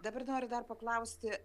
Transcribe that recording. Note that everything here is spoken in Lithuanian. dabar noriu dar paklausti